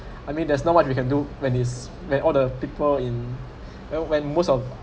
I mean there's not much you can do when it's like all the people in when most of